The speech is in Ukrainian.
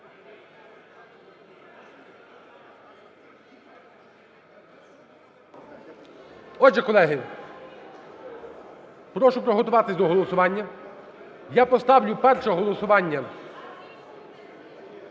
Отже, колеги, прошу приготуватися до голосування. Я поставлю перше голосування,